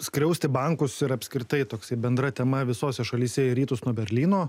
skriausti bankus ir apskritai toksai bendra tema visose šalyse į rytus nuo berlyno